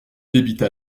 débita